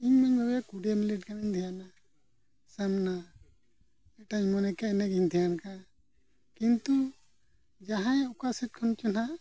ᱤᱧ ᱢᱚᱱᱮ ᱫᱚ ᱠᱩᱲᱤᱭᱟᱹ ᱢᱤᱱᱤᱴ ᱜᱟᱱᱮᱢ ᱫᱷᱮᱭᱟᱱᱟ ᱥᱟᱢᱱᱟ ᱚᱠᱟᱴᱟᱡ ᱢᱚᱱᱮ ᱠᱮᱜᱼᱟ ᱚᱱᱟᱴᱟᱜ ᱜᱮᱧ ᱫᱷᱮᱭᱟᱱ ᱠᱮᱜᱼᱟ ᱠᱤᱱᱛᱩ ᱡᱟᱦᱟᱸᱭ ᱚᱠᱟ ᱥᱮᱫ ᱠᱷᱚᱱ ᱪᱚᱝ ᱱᱟᱦᱟᱸᱜ